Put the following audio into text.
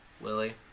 Lily